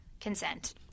consent